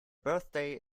birthday